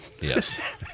yes